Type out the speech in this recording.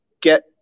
get